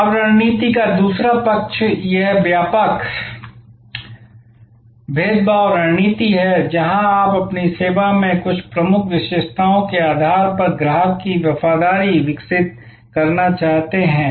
अब रणनीति का दूसरा पक्ष यह व्यापक भेदभाव रणनीति है जहां आप अपनी सेवा में कुछ प्रमुख विशेषताओं के आधार पर ग्राहक की वफादारी विकसित करना चाहते हैं